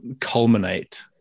culminate